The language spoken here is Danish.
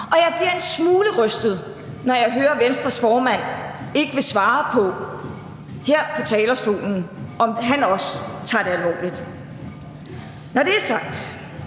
Og jeg bliver en smule rystet, når jeg hører, at Venstres formand ikke vil svare på her på talerstolen, om han også tager det alvorligt. Når det er sagt,